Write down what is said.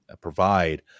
provide